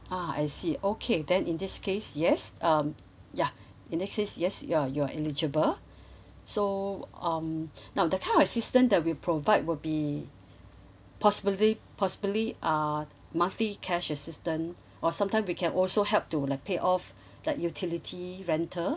ah I see okay then in this case yes um ya in this case yes you're you're eligible so um now the current assistance that we provide will be possibly possibly uh monthly cash assistant or sometime we can also help to like pay off like utility rental